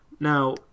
now